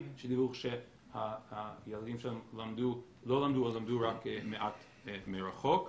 שדיווחו שהילדים שלהם לא למדו או למדו רק מעט מרחוק.